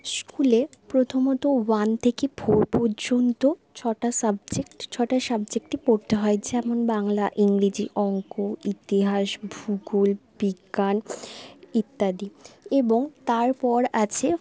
স্কুলে প্রথমত ওয়ান থেকে ফোর পর্যন্ত ছটা সাবজেক্ট ছটা সাবজেক্টই পড়তে হয় যেমন বাংলা ইংরেজি অঙ্ক ইতিহাস ভূগোল বিজ্ঞান ইত্যাদি এবং তারপর আছে